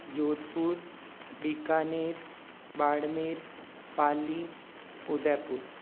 Jodhpur Bikaner Barmer Pali Udaipur